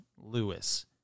Lewis